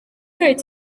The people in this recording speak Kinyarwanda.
kabiri